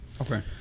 okay